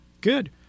good